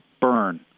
burn